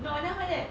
no I nevermind that